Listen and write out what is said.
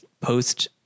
post